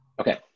Okay